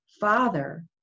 father